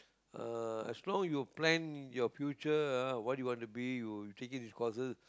uh as long you plan your future ah what you want to be you taking these courses